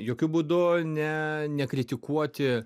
jokiu būdu ne nekritikuoti